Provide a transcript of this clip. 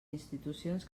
institucions